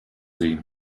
sie